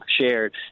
shared